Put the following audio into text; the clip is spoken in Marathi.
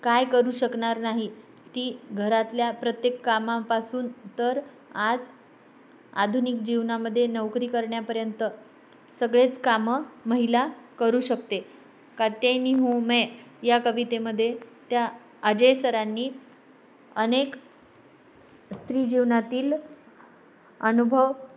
काय करू शकणार नाही ती घरातल्या प्रत्येक कामापासून तर आज आधुनिक जीवनामध्ये नोकरी करण्यापर्यंत सगळेच कामं महिला करू शकते कात्यायनी हू मैं या कवितेमध्ये त्या अजय सरांनी अनेक स्त्री जीवनातील अनुभव